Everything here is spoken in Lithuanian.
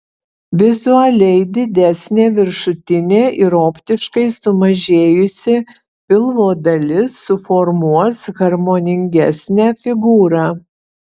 vizualiai didesnė viršutinė ir optiškai sumažėjusi pilvo dalis suformuos harmoningesnę figūrą